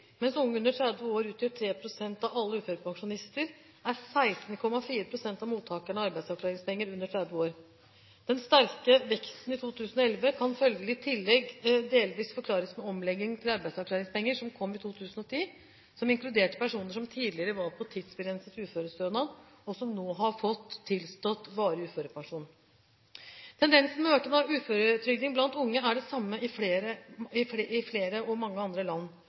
Mens unge under 30 år utgjør 3 pst. av alle uførepensjonister, er 16,4 pst. av mottakerne av arbeidsavklaringspenger under 30 år. Den sterke veksten i 2011 kan følgelig i tillegg delvis forklares med omleggingen til arbeidsavklaringspenger som kom i 2010, som inkluderte personer som tidligere var på tidsbegrenset uførestønad, og som nå har fått tilstått varig uførepensjon. Tendensen med økende uføretrygding blant unge er den samme i flere